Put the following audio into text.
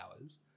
hours